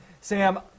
Sam